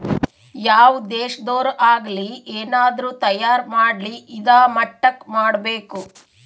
ಯಾವ್ ದೇಶದೊರ್ ಆಗಲಿ ಏನಾದ್ರೂ ತಯಾರ ಮಾಡ್ಲಿ ಇದಾ ಮಟ್ಟಕ್ ಮಾಡ್ಬೇಕು